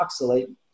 oxalate